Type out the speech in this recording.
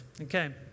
Okay